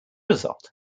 result